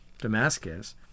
Damascus